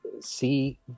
see